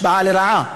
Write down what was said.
השפעה לרעה,